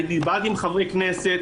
דיברתי עם חברי כנסת.